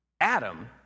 Adam